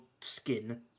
skin